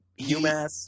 UMass